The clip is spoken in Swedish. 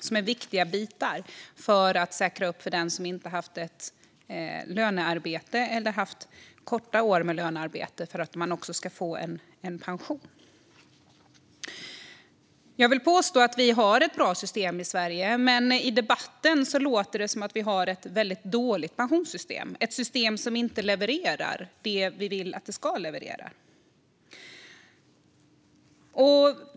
Det är viktiga bitar för att säkra upp för den som inte har haft ett lönearbete eller har haft korta år med lönearbete, så att man också ska få en pension. Jag vill påstå att vi har ett bra system i Sverige, men i debatten låter det som om vi har ett väldigt dåligt pensionssystem - ett system som inte levererar det vi vill att det ska leverera.